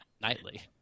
Nightly